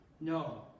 No